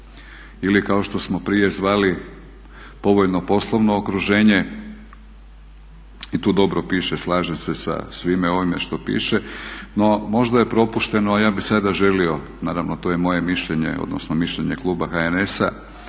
ili kao što smo prije zvali povoljno-poslovno okruženje. I tu dobro piše, slažem se sa svime ovime što piše, no možda je propušteno, a ja bih sada želio, naravno to je moje mišljenje odnosno mišljenje kluba HNS-a,